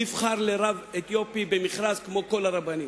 נבחר לרב אתיופי במכרז כמו כל הרבנים.